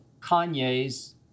Kanye's